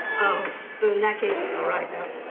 oh, so in that case, it's alright, huh?